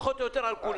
פחות או יותר על כולם.